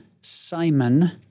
Simon